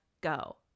go